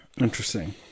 Interesting